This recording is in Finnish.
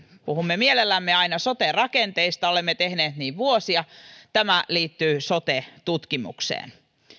puhumme mielellämme aina sote rakenteista olemme tehneet niin vuosia tämä liittyy sote tutkimukseen